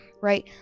right